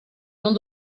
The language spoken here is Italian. non